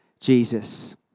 Jesus